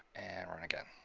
and run again.